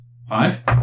Five